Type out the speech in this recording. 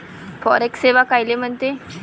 Forex सेवा कायले म्हनते?